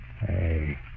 Hey